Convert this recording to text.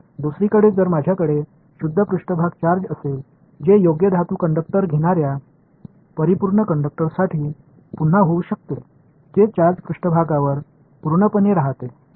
दुसरीकडे जर माझ्याकडे शुद्ध पृष्ठभाग चार्ज असेल जे योग्य धातू कंडक्टर घेणाऱ्या परिपूर्ण कंडक्टरसाठी पुन्हा होऊ शकते जे चार्ज पृष्ठभागावर पूर्णपणे राहते बरोबर